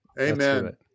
Amen